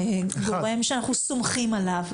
גורם שאנחנו סומכים עליו,